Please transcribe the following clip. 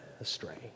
astray